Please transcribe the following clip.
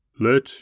let